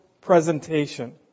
presentation